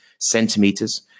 centimeters